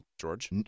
George